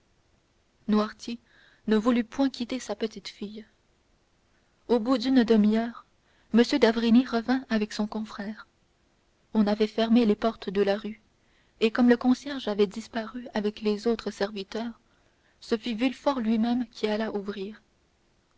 noirtier ne voulut point quitter sa petite-fille au bout d'une demi-heure m d'avrigny revint avec son confrère on avait fermé les portes de la rue et comme le concierge avait disparu avec les autres serviteurs ce fut villefort lui-même qui alla ouvrir